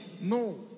No